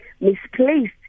misplaced